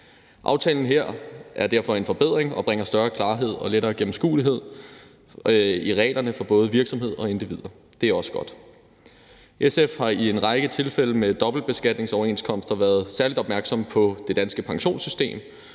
Aftalen her er derfor en forbedring, og den bringer større klarhed og mere gennemskuelighed i reglerne for både virksomheder og individer. Det er også godt. SF har i en række tilfælde med dobbeltbeskatningsoverenskomster været særlig opmærksom på det danske pensionssystem,